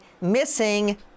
missing